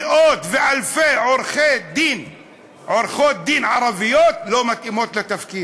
מאות ואלפי עורכות-דין ערביות לא מתאימות לתפקיד.